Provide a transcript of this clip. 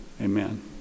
Amen